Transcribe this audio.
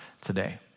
today